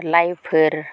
लाइफोर